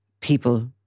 people